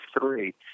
three